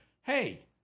hey